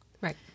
Right